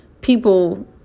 people